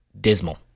dismal